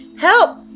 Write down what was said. help